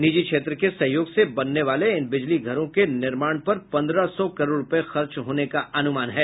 निजी क्षेत्र के सहयोग से बनने वाले इन बिजली घरों के निर्माण पर पन्द्रह सौ करोड रूपये खर्च होने का अनुमान है